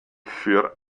für